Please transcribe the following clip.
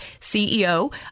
CEO